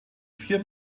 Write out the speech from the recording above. vier